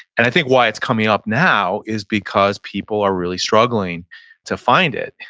and i think why it's coming up now is because people are really struggling to find it.